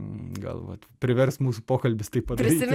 gal vat privers mūsų pokalbis tai padaryti